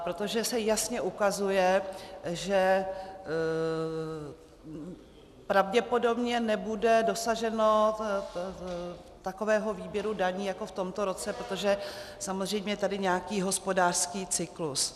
Protože se jasně ukazuje, že pravděpodobně nebude dosaženo takového výběru daní jako v tomto roce, protože samozřejmě je tady nějaký hospodářský cyklus.